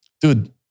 Dude